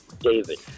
David